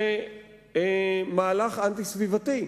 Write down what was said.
זה מהלך אנטי-סביבתי,